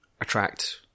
attract